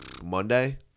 Monday